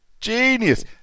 Genius